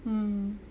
mm